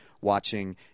watching